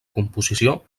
composició